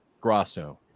Grasso